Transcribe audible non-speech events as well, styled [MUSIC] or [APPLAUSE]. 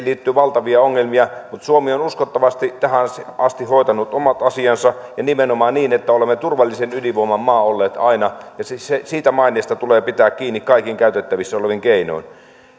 [UNINTELLIGIBLE] liittyy valtavia ongelmia vaikka se on huipputekniikkaa mutta suomi on uskottavasti tähän asti hoitanut omat asiansa ja nimenomaan niin että olemme turvallisen ydinvoiman maa olleet aina ja siitä maineesta tulee pitää kiinni kaikin käytettävissä olevin keinoin